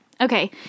Okay